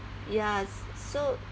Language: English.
ya so